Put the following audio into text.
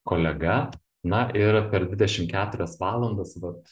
kolega na ir per dvidešim keturias valandas vat